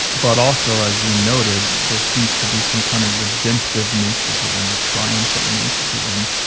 but also, as you noted, there seems to be some kind of redemptive nature to them or triumphant nature to them.